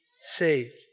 saved